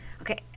Okay